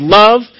love